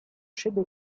siebie